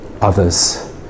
others